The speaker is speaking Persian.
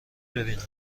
بیینم